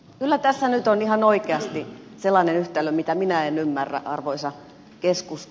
kyllä tässä nyt on ihan oikeasti sellainen yhtälö jota minä en ymmärrä arvoisa keskusta